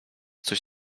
coś